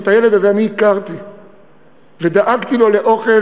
שאת הילד הזה אני הכרתי ודאגתי לו לאוכל,